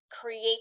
create